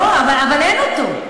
לא, אבל אין אותו.